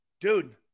Dude